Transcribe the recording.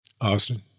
Austin